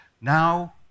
Now